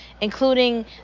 including